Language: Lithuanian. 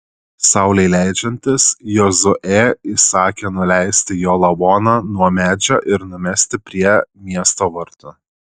saulei leidžiantis jozuė įsakė nuleisti jo lavoną nuo medžio ir numesti prie miesto vartų